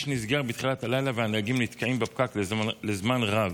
נסגר בתחילת הלילה והנהגים נתקעים בפקק לזמן רב.